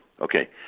Okay